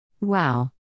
Wow